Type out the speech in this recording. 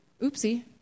Oopsie